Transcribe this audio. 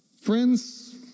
Friends